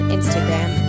Instagram